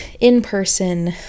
in-person